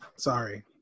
Sorry